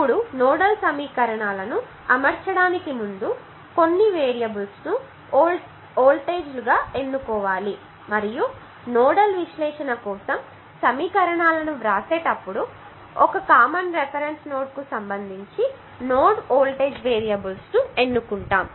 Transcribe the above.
ఇప్పుడు నోడల్ సమీకరణాలను అమర్చడానికి ముందు కొన్ని వేరియబుల్స్ ను వోల్టేజీలు గా ఎన్నుకోవాలి మరియు నోడల్ విశ్లేషణ కోసం సమీకరణాలను వ్రాసేటప్పుడు ఒక కామన్ రిఫరెన్స్ నోడు కు సంబంధించి నోడ్ వోల్టేజ్ వేరియబుల్స్ ను ఎన్నుకుంటాము